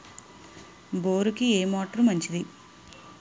బోరుకి ఏ మోటారు మంచిది?